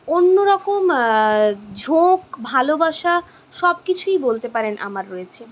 অন্যরকম ঝোঁক ভালোবাসা সব কিছুই বলতে পারেন আমার রয়েছে